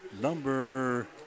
Number